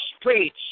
preach